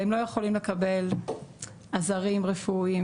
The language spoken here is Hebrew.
והם לא יכולים לקבל עזרים רפואיים,